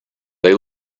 they